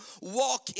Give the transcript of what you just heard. walk